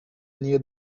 niyo